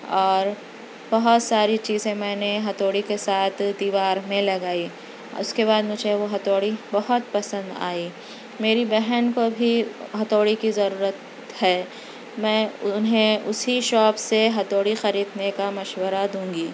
اور بہت ساری چیزیں میں نے ہتھوڑی کے ساتھ دیوار میں لگائی اُس کے بعد مجھے وہ ہتھوڑی بہت پسند آئی میری بہن کو بھی ہتھوڑی کی ضرورت ہے میں اُنہیں اُسی شاپ سے ہتھوڑی خریدنے کا مشورہ دوں گی